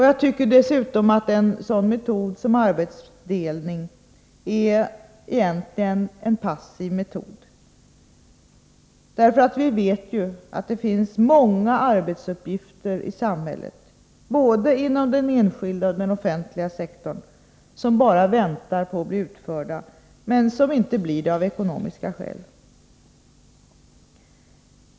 Jag tycker dessutom att en sådan metod som arbetsdelning egentligen är en passiv metod. Vi vet ju att det finns många arbetsuppgifter i samhället, både inom den enskilda sektorn och inom den offentliga, som bara väntar på att bli utförda men som inte blir det av ekonomiska skäl.